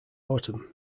autumn